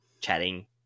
chatting